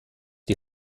die